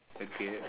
okay